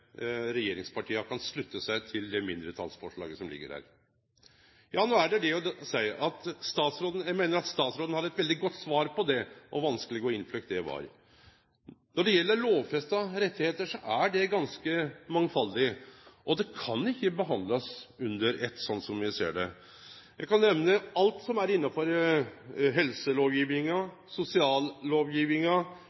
regjeringspartia kan slutte seg til det mindretalsforslaget som ligg der. Eg meiner at statsråden hadde et veldig godt svar på det, på kor vanskeleg og innfløkt det var. Når det gjeld lovfesta rettar, et dei ganske mangfaldige, og dei kan ikkje behandlast under eitt, sånn som me ser det. Eg kan nemne alt som er